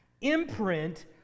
imprint